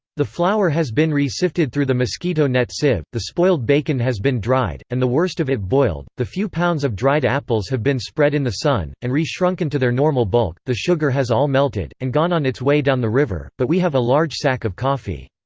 the flour has been re-sifted through the mosquito net sieve the spoiled bacon has been dried, and the worst of it boiled the few pounds of dried apples have been spread in the sun, and re-shrunken to their normal bulk the sugar has all melted, and gone on its way down the river but we have a large sack of coffee.